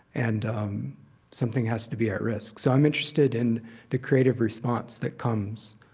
and something has to be at risk. so i'm interested in the creative response that comes.